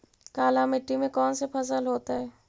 काला मिट्टी में कौन से फसल होतै?